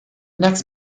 next